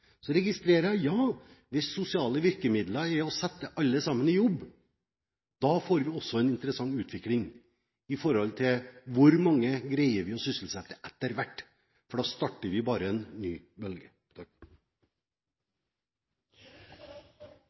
Så registrerer jeg, ja, hvis sosiale virkemidler er å sette alle sammen i jobb, får vi også en interessant utvikling med hensyn til hvor mange vi greier å sysselsette etter hvert. Da starter vi bare en ny bølge.